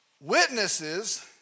Witnesses